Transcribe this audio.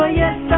yes